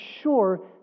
sure